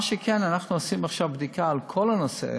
מה שכן, אנחנו עושים עכשיו בדיקה של כל נושא